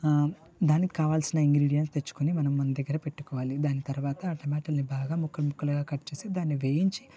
దానికి కావలసిన ఇంగ్రిడియంట్స్ తెచ్చుకొని మనం మన దగ్గర పెట్టుకోవాలి దాని తర్వాత టమాటాలని బాగా ముక్కలు ముక్కలుగా కట్ చేసి దాన్ని వేయించి